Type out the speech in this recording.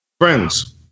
Friends